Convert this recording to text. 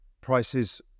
prices